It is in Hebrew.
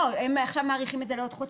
הם מאריכים את זה עכשיו לעוד חודשיים.